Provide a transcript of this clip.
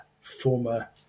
former